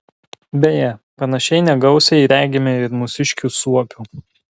beje panašiai negausiai regime ir mūsiškių suopių